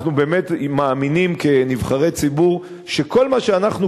אנחנו באמת מאמינים כנבחרי ציבור שכל מה שאנחנו